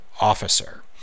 officer